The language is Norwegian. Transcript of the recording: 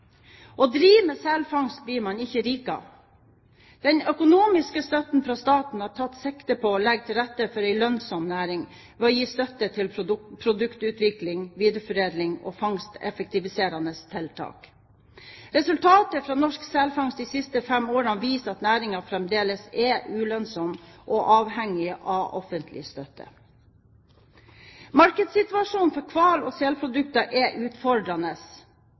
Å drive med selfangst blir man ikke rik av. Den økonomiske støtten fra staten har tatt sikte på å legge til rette for en lønnsom næring ved å gi støtte til produktutvikling, viderefordeling og fangsteffektiviserende tiltak. Resultatet fra norsk selfangst de siste fem årene viser at næringen fremdeles er ulønnsom og avhengig av offentlig støtte. Markedssituasjonen for hval og selprodukter er utfordrende,